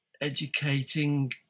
educating